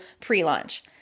pre-launch